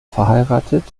verheiratet